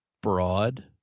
broad